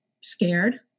scared